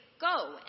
Go